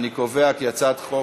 אני קובע כי הצעת חוק